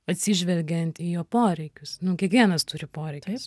atsižvelgiant į jo poreikius nu kiekvienas turi poreikius